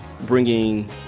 bringing